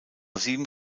sieben